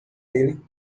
ele